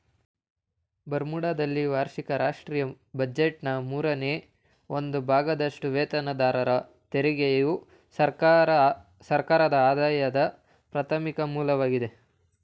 ಬರ್ಮುಡಾದಲ್ಲಿ ವಾರ್ಷಿಕ ರಾಷ್ಟ್ರೀಯ ಬಜೆಟ್ನ ಮೂರನೇ ಒಂದು ಭಾಗದಷ್ಟುವೇತನದಾರರ ತೆರಿಗೆಯು ಸರ್ಕಾರದಆದಾಯದ ಪ್ರಾಥಮಿಕ ಮೂಲವಾಗಿದೆ